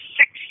six